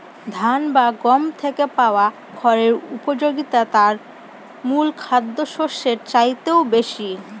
ধান বা গম থেকে পাওয়া খড়ের উপযোগিতা তার মূল খাদ্যশস্যের চাইতেও বেশি